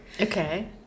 Okay